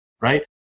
Right